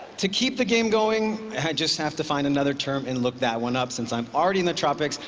to keep the game going, i just have to find another term and look that one up. since i'm already in the tropics,